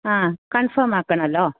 ആ ആ കൺഫോം ആക്കണോല്ലോ